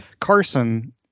Carson